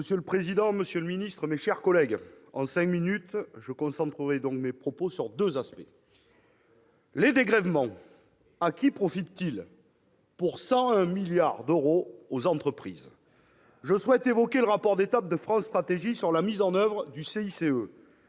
Monsieur le président, monsieur le secrétaire d'État, mes chers collègues, ne disposant que de cinq minutes, je concentrerai mes propos sur deux aspects. Les dégrèvements, à qui profitent-ils ? Pour 101 milliards d'euros, aux entreprises ! Ça alors ! Je souhaite évoquer le rapport d'étape de France Stratégie sur la mise en oeuvre du CICE.